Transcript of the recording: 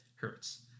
hertz